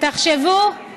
תחשבו.